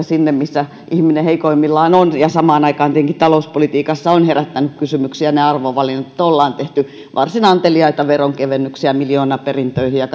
sinne missä ihminen heikoimmillaan on ja samaan aikaan tietenkin talouspolitiikassa ovat herättäneet kysymyksiä ne arvovalinnat että ollaan tehty varsin anteliaita veronkevennyksiä miljoonaperintöihin ja